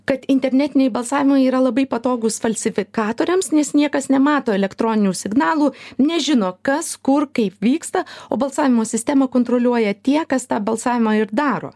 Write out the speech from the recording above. kad internetiniai balsavimai yra labai patogūs falsifikatoriams nes niekas nemato elektroninių signalų nežino kas kur kaip vyksta o balsavimo sistemą kontroliuoja tie kas tą balsavimą ir daro